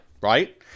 right